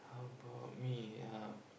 how about me uh